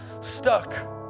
stuck